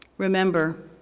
remember,